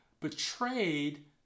betrayed